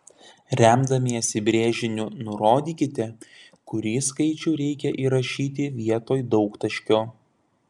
remdamiesi brėžiniu nurodykite kurį skaičių reikia įrašyti vietoj daugtaškio